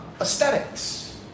aesthetics